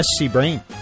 SCBrain